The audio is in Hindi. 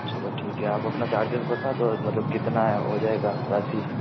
चलो ठीक है आप अपना चार्जेज़ बता दो मतलब कितना हो जाएगा राशी